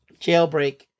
Jailbreak